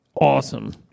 awesome